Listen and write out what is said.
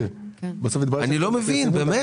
אני לא מבין, באמת.